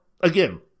again